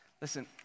Listen